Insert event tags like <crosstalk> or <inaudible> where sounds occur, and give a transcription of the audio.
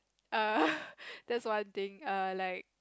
err <laughs> that's one thing err like